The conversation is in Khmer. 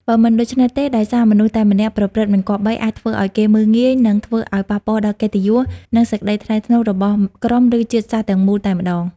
បើមិនដូច្នេះទេដោយសារមនុស្សតែម្នាក់ប្រព្រឹត្តិមិនគប្បី អាចធ្វើឲ្យគេមើលងាយ និងធ្វើឲ្យប៉ះពាលដល់កិត្តិយស និងសេចក្តីថ្លៃថ្នូររបស់ក្រុមឬជាតិសាសន៍ទាំងមូលតែម្តង ។